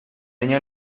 tenía